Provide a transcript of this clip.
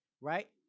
right